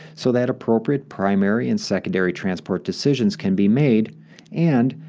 so that appropriate primary and secondary transport decisions can be made and,